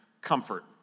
comfort